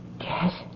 Yes